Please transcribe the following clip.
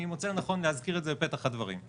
אני מוצא לנכון להזכיר את זה בפתח הדברים.